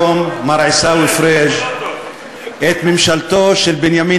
אינטלקטואלית נעשה את זה ממש בקיצור נמרץ.